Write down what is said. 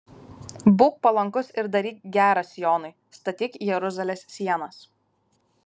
būk palankus ir daryk gera sionui statyk jeruzalės sienas